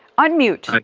unmute. like